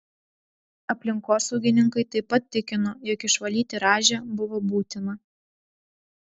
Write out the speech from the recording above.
aplinkosaugininkai taip pat tikino jog išvalyti rąžę buvo būtina